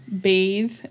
bathe